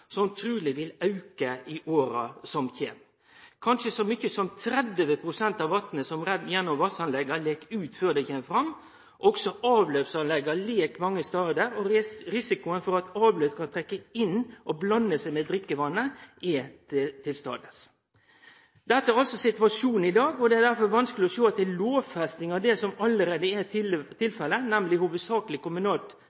som truleg vil auke i åra som kjem. Kanskje så mykje som 30 pst. av vatnet som renn gjennom vassanlegga, lek ut før det kjem fram. Også avløpsanlegga lek mange stader, og risikoen for at avløp kan trekkje inn og blande seg med drikkevatnet, er til stades. Dette er altså situasjonen i dag. Det er derfor vanskeleg å sjå at ei lovfesting av det som allereie er